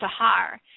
Sahar